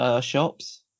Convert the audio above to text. shops